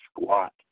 squat